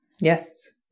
Yes